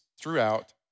throughout